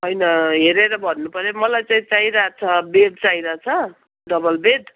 होइन हेरेर भन्नु पऱ्यो मलाई चाहिँ चाहि रहेछ बेड चाहिरहेछ डबल बेड